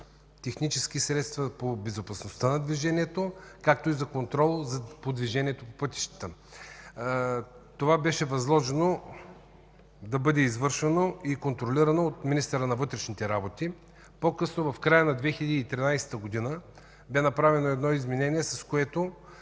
технически средства по безопасността на движението, както и за контрол на движението по пътищата. Беше възложено това да бъде извършено и контролирано от министъра на вътрешните работи. По-късно, в края на 2013 г., бе направено изменение, с което